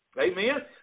Amen